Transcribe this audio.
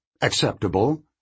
acceptable